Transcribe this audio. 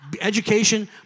Education